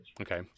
Okay